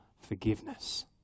forgiveness